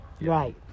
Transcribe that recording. Right